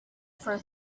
for